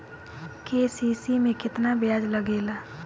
KCC में केतना ब्याज लगेला?